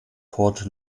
port